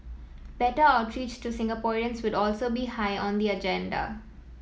better outreach to Singaporeans would also be high on the agenda